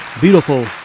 beautiful